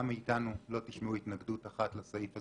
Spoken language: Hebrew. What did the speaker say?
מאיתנו לא תשמעו התנגדות אחת לסעיף הזה,